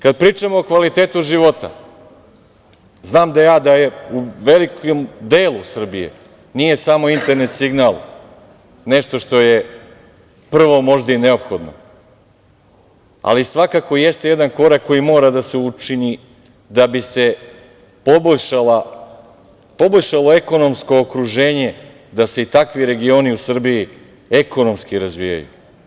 Kad pričamo o kvalitetu života, znam da u velikom delu Srbije nije samo internet signal nešto što je prvo možda i neophodno, ali svakako jeste jedan korak koji mora da se učini da bi se poboljšalo ekonomsko okruženje, da se i takvi regioni ekonomski razvijaju.